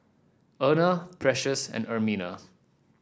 Erna Precious and Ermina